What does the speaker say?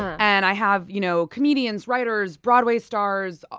and i have you know comedians, writers, broadway stars,